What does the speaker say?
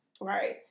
right